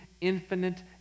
infinite